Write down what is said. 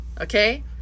Okay